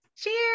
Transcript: Cheers